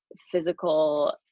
physical